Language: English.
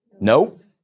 Nope